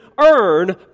earn